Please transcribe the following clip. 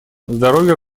здоровье